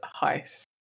heist